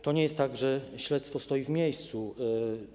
To nie jest tak, że śledztwo stoi w miejscu.